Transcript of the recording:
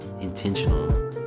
intentional